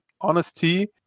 honesty